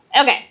Okay